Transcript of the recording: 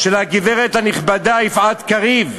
של הגברת הנכבדה יפעת קריב,